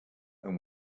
and